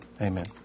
Amen